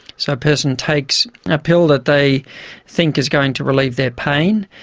so a person takes a pill that they think is going to relieve their pain,